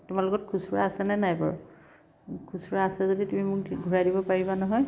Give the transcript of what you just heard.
তোমাৰ লগত খুচুৰা আছেনে নাই বাৰু খুচুৰা আছে যদি তুমি মোক ঘূৰাই দিব পাৰিবা নহয়